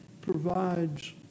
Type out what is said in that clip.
provides